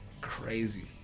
crazy